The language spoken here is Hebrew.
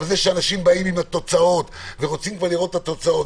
זה שאנשים באים ורוצים לראות כבר את התוצאות,